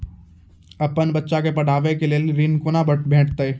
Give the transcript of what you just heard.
अपन बच्चा के पढाबै के लेल ऋण कुना भेंटते?